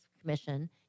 Commission